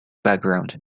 background